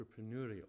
entrepreneurial